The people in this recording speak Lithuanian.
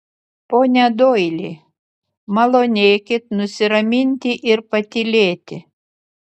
pone doili malonėkit nusiraminti ir patylėti